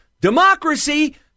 democracy